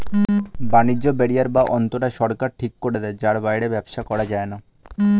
বাণিজ্য ব্যারিয়ার বা অন্তরায় সরকার ঠিক করে দেয় যার বাইরে ব্যবসা করা যায়না